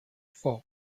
for